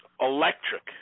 electric